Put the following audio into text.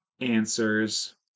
answers